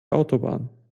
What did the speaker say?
autobahn